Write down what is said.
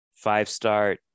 five-star